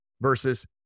Versus